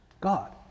God